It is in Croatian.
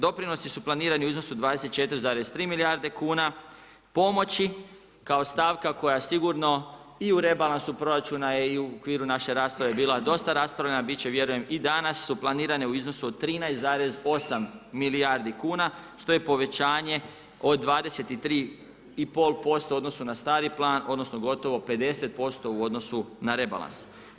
Doprinosi su planirani u iznosu od 24,3 milijarde kuna pomoći kao stavka koja sigurno i u rebalansu proračuna i u okviru naše rasprave je bila dosta raspravljena, bit će vjerujem i danas su planirane u iznosu od 13,8 milijardi kuna što je povećanje od 23,5% u odnosu na stari plan odnosno gotovo 50% u odnosu na rebalans.